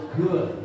good